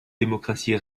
démocratie